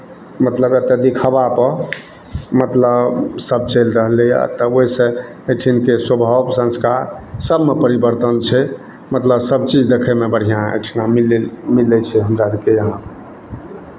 मतलब एतय दिखावापर मतलब सभ चलि रहलैए तऽ ओहिसँ एहिठिनके स्वभाव संस्कार सभमे परिवर्तन छै मतलब सभचीज देखयमे बढ़िआँ एहिठिना मिलै मिलै छै हमरा आरके यहाँ